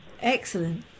excellent